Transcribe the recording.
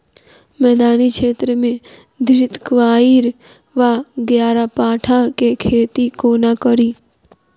मैदानी क्षेत्र मे घृतक्वाइर वा ग्यारपाठा केँ खेती कोना कड़ी?